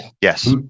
Yes